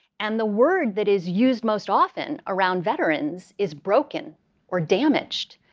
and the word that is used most often around veterans is broken or damaged.